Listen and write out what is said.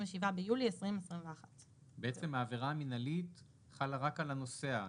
ביולי 2021). בעצם העבירה המנהלית חלה רק על הנוסע.